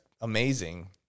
amazing